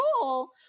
cool